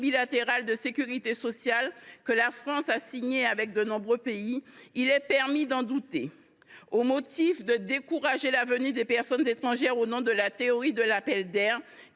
bilatérales de sécurité sociale que la France a signées avec de nombreux pays, il est permis d’en douter. Au motif de décourager la venue des personnes étrangères au nom de la théorie de l’appel d’air,